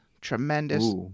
tremendous